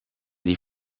die